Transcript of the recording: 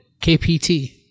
KPT